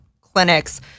clinics